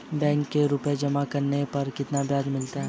Bank में रुपये जमा करने पर कितना ब्याज मिलता है?